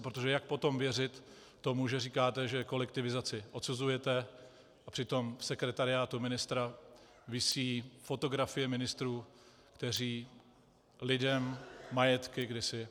Protože jak potom věřit tomu, že říkáte, že kolektivizaci odsuzujete, a přitom v sekretariátu ministra visí fotografie ministrů, kteří lidem majetky kdysi přímo odebírali?